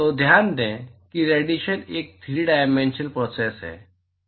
तो ध्यान दें कि रेडिएशन एक 3 डायमेंशनल प्रोसेस है